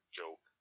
joke